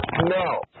No